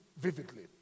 vividly